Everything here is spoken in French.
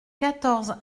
quatorze